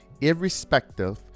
irrespective